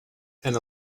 and